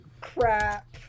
Crap